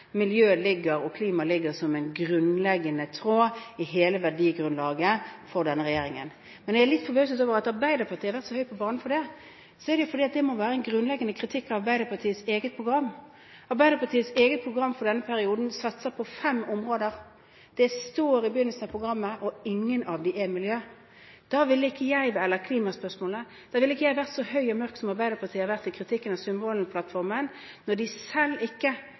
Miljø og klima ligger som en grunnleggende tråd i verdigrunnlaget for denne regjeringen. Men jeg er litt forbauset over at Arbeiderpartiet har vært så høyt på banen for dette, for det må være en grunnleggende kritikk av Arbeiderpartiets eget program. I Arbeiderpartiets eget program for denne perioden satses det på fem områder. De står i begynnelsen av programmet, og ingen av dem er miljø- eller klimaspørsmål. Jeg ville ikke vært så høy og mørk som Arbeiderpartiet har vært i kritikken av Sundvolden-plattformen, når partiet selv ikke